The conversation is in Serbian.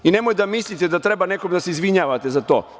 I nemoj da mislite da treba nekom da se izvinjavate za to.